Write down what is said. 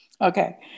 Okay